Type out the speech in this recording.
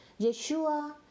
Yeshua